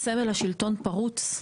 וסמל השלטון פרוץ,